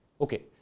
Okay